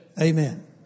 Amen